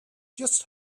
just